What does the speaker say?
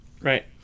Right